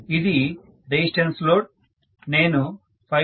ఇది resistance load నేను 5